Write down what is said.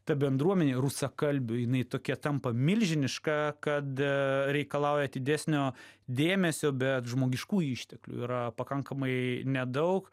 ta bendruomenė rusakalbių jinai tokia tampa milžiniška kad reikalauja atidesnio dėmesio bet žmogiškųjų išteklių yra pakankamai nedaug